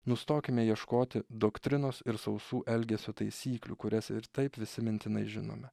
nustokime ieškoti doktrinos ir sausų elgesio taisyklių kurias ir taip visi mintinai žinome